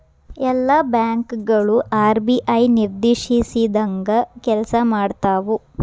ಎಲ್ಲಾ ಬ್ಯಾಂಕ್ ಗಳು ಆರ್.ಬಿ.ಐ ನಿರ್ದೇಶಿಸಿದಂಗ್ ಕೆಲ್ಸಾಮಾಡ್ತಾವು